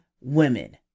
Women